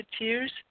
Tears